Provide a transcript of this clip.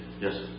Yes